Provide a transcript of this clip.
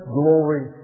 glory